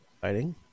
fighting